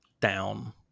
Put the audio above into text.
down